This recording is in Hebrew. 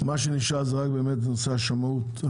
מה שנותר זה נושא השמאים.